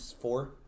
four